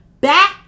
back